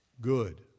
good